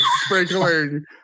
sprinkling